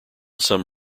some